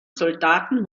soldaten